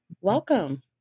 welcome